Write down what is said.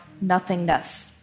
nothingness